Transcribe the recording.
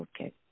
Okay